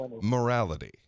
morality